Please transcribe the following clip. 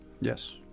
yes